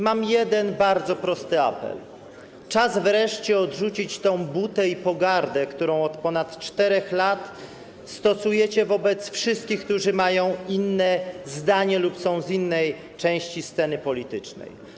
Mam jeden bardzo prosty apel: czas wreszcie odrzucić tę butę i pogardę, które od ponad 4 lat macie wobec wszystkich, którzy mają inne zdanie lub są z innej części sceny politycznej.